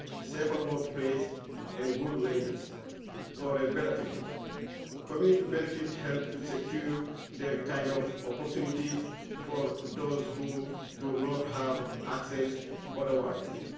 safer work place and good wages for benefits. community benefit helped to secure their kind of opportunities for those do do not have access otherwise.